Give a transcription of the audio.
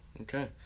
Okay